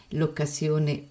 l'occasione